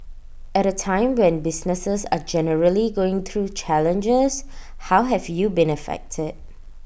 at A time when businesses are generally going through challenges how have you been affected